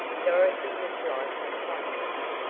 dorothy looked like a pond lily,